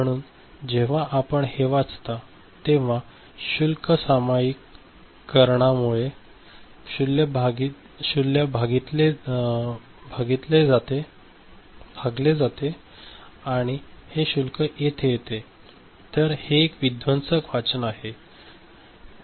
म्हणून जेव्हा आपण हे वाचता तेव्हा शुल्क सामायिकरणांमुळे शुल्क भागितले जाते आणि हे शुल्क येथे येते तर हे एक विध्वंसक वाचन होते